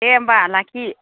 दे होमबा लाखि